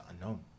unknown